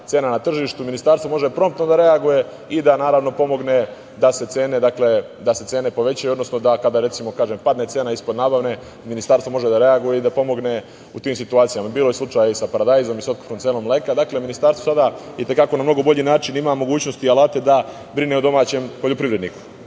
cena na tržištu ministarstvo može promptno da reaguje i da pomogne da se cene povećaju, odnosno da kada, recimo, padne cena ispod nabavne, Ministarstvo može da reaguje i da pomogne u tim situacijama. Bilo je slučajeva sa paradajzom, sa otkupnom cenom mleka, itd. Dakle, Ministarstvo sada na mnogo bolji način ima mogućnosti i alate da brine o domaćem poljoprivredniku.